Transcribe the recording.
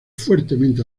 fuertemente